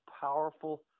powerful